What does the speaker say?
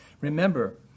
Remember